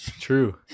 True